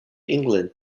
england